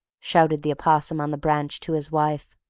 shouted the opossum on the branch to his wife.